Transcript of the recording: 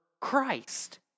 Christ